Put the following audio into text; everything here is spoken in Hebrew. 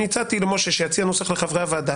הצעתי למשה שיציע נוסח לחברי הוועדה,